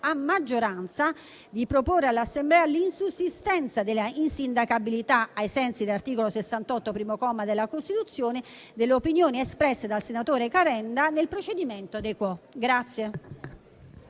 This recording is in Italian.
a maggioranza di proporre all'Assemblea l'insussistenza della insindacabilità, ai sensi dell'articolo 68, primo comma, della Costituzione, delle opinioni espresse dal senatore Calenda nel procedimento *de quo*.